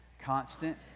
constant